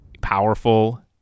powerful